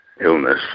illness